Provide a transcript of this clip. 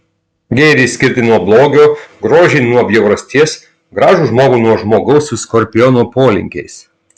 gėrį skirti nuo blogio grožį nuo bjaurasties gražų žmogų nuo žmogaus su skorpiono polinkiais